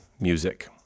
music